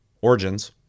origins